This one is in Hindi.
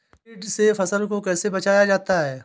कीट से फसल को कैसे बचाया जाता हैं?